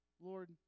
lord